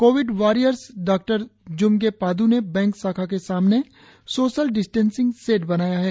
Covid warriors डॉ ज्म्गे पाद् ने बैंक शाखा के सामने सोशल डिस्टेंसिंग शेड बनाया है